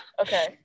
okay